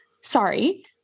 sorry